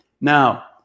Now